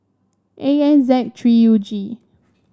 A N Z three U G